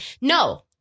No